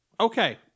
Okay